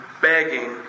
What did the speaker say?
begging